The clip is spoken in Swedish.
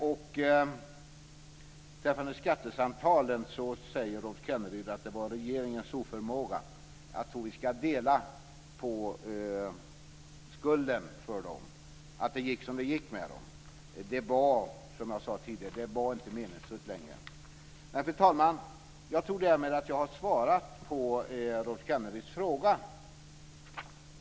Beträffande skattesamtalen säger Rolf Kenneryd att det var regeringens oförmåga som gjorde att de avbröts. Jag tror att vi ska dela på skulden för detta. Att det gick som det gick beror på att det inte längre var meningsfullt att ha dem. Fru talman! Jag tror därmed att jag har svarat på Rolf Kenneryds fråga.